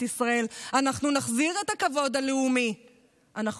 ניפצה את הכבוד הלאומי שלהם.